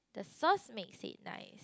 the sauce makes it nice